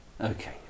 Okay